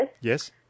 Yes